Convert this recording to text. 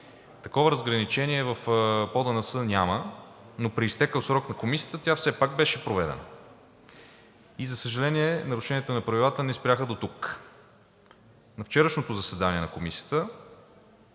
Такова разграничение в ПОДНС няма, но при изтекъл срок на Комисията тя все пак беше проведена. За съжаление, нарушенията на правилата не спряха дотук. На вчерашното заседание на Комисията